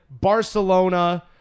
Barcelona